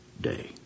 day